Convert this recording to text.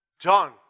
John